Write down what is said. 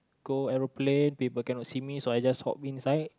go aeroplane people cannot see me so I just hop inside